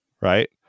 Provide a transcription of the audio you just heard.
Right